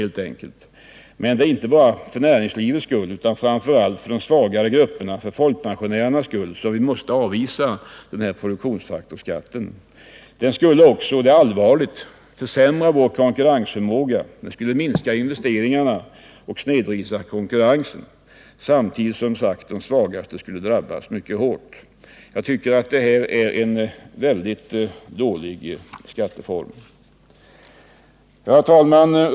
Det är inte bara för näringslivets skull utan framför allt för de svagaste gruppernas, för folkpensionärernas, skull som vi måste avvisa produktionsfaktorsskatten. Den skulle också — och det är allvarligt — försämra vår konkurrensförmåga, minska investeringarna och snedvrida konkurrensen, samtidigt som de svagaste skulle drabbas mycket hårt. Jag tycker att detta är en mycket dålig skatteform. Herr talman!